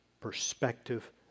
perspective